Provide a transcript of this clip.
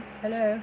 hello